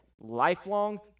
lifelong